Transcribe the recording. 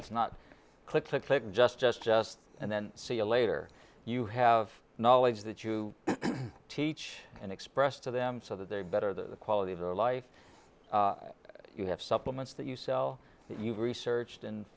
it's not click click click just just just and then see you later you have knowledge that you teach and express to them so that they better the quality of your life you have supplements that you sell you've researched and